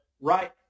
right